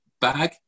bag